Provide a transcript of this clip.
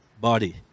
body